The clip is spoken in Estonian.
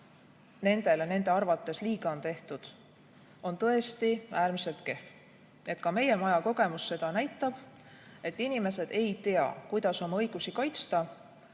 nendele nende arvates liiga on tehtud, on tõesti äärmiselt kehv. Ka meie maja kogemus näitab, et inimesed ei tea, kuidas oma õigusi kaitsta.